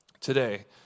today